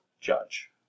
judge